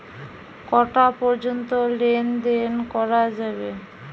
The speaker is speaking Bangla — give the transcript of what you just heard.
কটা পর্যন্ত লেন দেন করা যাবে?